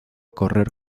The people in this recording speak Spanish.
correr